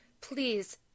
please